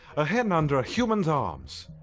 a hen under a human's arms!